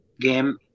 game